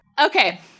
Okay